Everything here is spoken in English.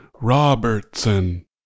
Robertson